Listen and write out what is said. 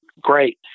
great